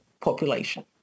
population